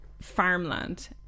farmland